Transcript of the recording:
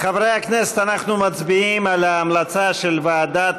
חברי הכנסת, אנחנו מצביעים על ההמלצה של ועדת